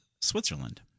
Switzerland